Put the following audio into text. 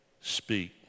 speak